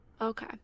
Okay